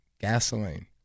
gasoline